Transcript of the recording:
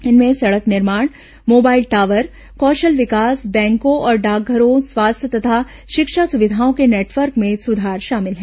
इनमें सड़क निर्माण मोबाइल टावर कौशल विकास बैंकों और डाकघरों स्वास्थ्य तथा शिक्षा सुविधाओं के नेटवर्क में सुधार शामिल हैं